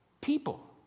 people